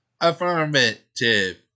Affirmative